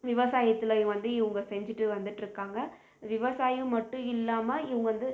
விவசாயத்தில் இ வந்து இவங்க செஞ்சுட்டு வந்துட்டிருக்காங்க விவசாயம் மட்டும் இல்லாமல் இவங்க வந்து